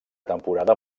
temporada